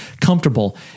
comfortable